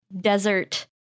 desert